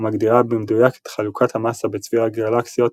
המגדירה במדויק את חלוקת המסה בצביר הגלקסיות